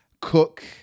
cook